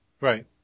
Right